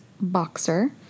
boxer